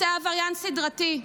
אתה עבריין סדרתי.